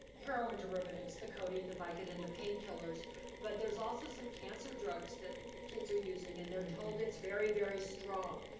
heroin derivatives, the codeine, the vicodin, the painkillers but there's also some cancer drugs that kids are using and they're told it's very, very strong.